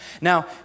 Now